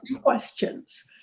questions